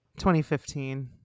2015